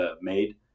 made